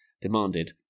demanded